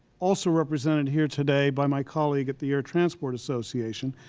also represented here today by my colleague at the air transport association,